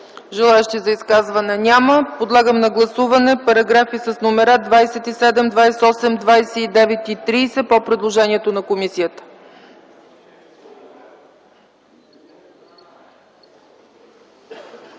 Желаещи за изказвания няма. Подлагам на гласуване параграфи с номера 27, 28, 29 и 30 по предложението на комисията.